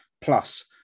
Plus